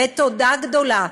תודה גדולה